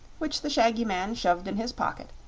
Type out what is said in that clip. which the shaggy man shoved in his pocket,